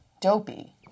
Dopey